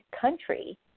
country